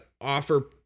offer